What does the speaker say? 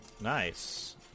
Nice